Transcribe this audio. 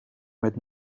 met